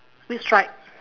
which stripe